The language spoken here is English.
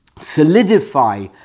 solidify